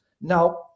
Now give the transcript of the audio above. Now